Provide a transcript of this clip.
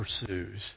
pursues